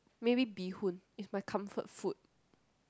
maybe bee hoon is my comfort food